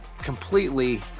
Completely